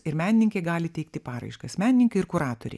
ir menininkai gali teikti paraiškas menininkai ir kuratoriai